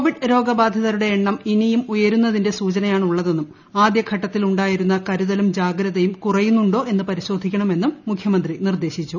Covid രോഗബാധിതരുടെ എണ്ണം ഇനിയും ഉയരുന്നതിന്റെ സൂചയാണുള്ളതെന്നും ആദ്യഘട്ടത്തിൽ ഉണ്ടായിരുന്ന കരുതലും ജാഗ്രതയും കുറയുന്നുണ്ടോ എന്നു പരിശോധിക്കണമെന്നും മുഖ്യമന്ത്രി നിർദ്ദേശിച്ചു